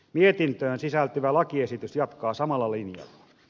mietintöön sisältyvä lakiesitys jatkaa samalla linjalla